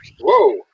Whoa